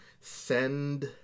send